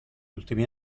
ultimi